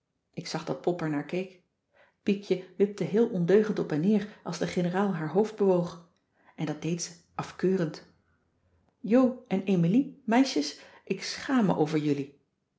ik zag dat pop er naar keek t piekje wipte heel ondeugend op en neer als de generaal haar hoofd bewoog en dat deed ze afkeurend jo en emilie meisjes ik schaam me over jullie